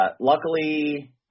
Luckily